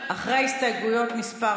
אחרי הסתייגות מס'